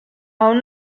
aún